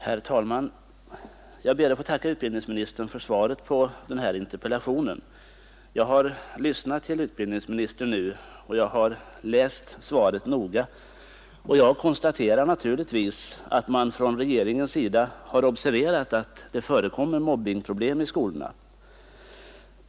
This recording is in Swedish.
Herr talman! Jag ber att få tacka utbildningsministern för svaret på min interpellation. Jag har nu lyssnat till utbildningsministern, jag har läst svaret noga, och jag konstaterar naturligtvis att man från regeringens sida har observerat att det förekommer mobbningsproblem i skolorna.